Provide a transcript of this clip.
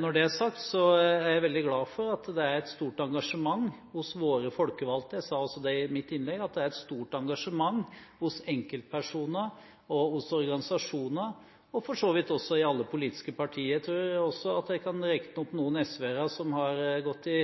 Når det er sagt, er jeg veldig glad for at det er et stort engasjement hos våre folkevalgte – det sa jeg også i mitt innlegg – at det er et stort engasjement hos enkeltpersoner, organisasjoner og for så vidt også i alle politiske partier. Jeg tror også at jeg kan regne opp noen SV-ere som har gått i